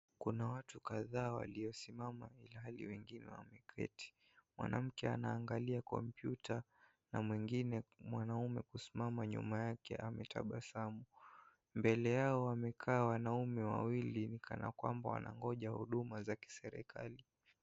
Kuna watu kadhaa waliosimama ilhali wengine wameketi, mwanamke anaangalia kompyuta na mwingine mwanaume kusimama nyuma yake ametabasamu, mbele yao amekaa wanaume wawili kana kwamba wanangoja huduma za kiserikali.